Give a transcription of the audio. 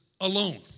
alone